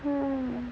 mmhmm